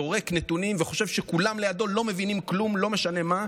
זורק נתונים וחושב שכולם לידו לא מבינים כלום לא משנה מה,